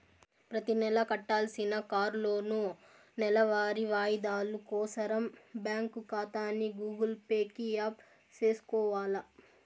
ప్రతినెలా కట్టాల్సిన కార్లోనూ, నెలవారీ వాయిదాలు కోసరం బ్యాంకు కాతాని గూగుల్ పే కి యాప్ సేసుకొవాల